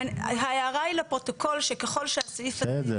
ההערה היא לפרוטוקול, שככל שהסעיף הזה ייושם.